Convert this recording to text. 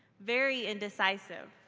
very indecisive,